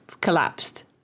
collapsed